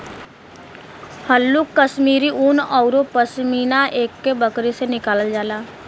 हल्लुक कश्मीरी उन औरु पसमिना एक्के बकरी से निकालल जाला